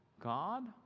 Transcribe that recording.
God